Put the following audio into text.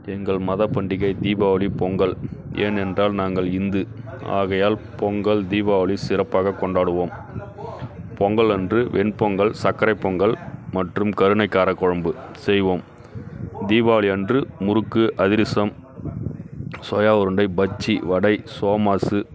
எங்கள் மத பண்டிகை தீபாவளி பொங்கல் ஏனென்றால் நாங்கள் இந்து ஆகையால் பொங்கல் தீபாவளி சிறப்பாகக் கொண்டாடுவோம் பொங்கல் அன்று வெண் பொங்கல் சக்கரைப் பொங்கல் மற்றும் கருணைக் காரக் குழம்பு செய்வோம் தீபாவளி அன்று முறுக்கு அதிரசம் சோயா உருண்டை பஜ்ஜி வடை சோமாஸு